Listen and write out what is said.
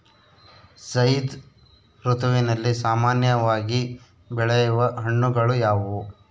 ಝೈಧ್ ಋತುವಿನಲ್ಲಿ ಸಾಮಾನ್ಯವಾಗಿ ಬೆಳೆಯುವ ಹಣ್ಣುಗಳು ಯಾವುವು?